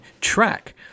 track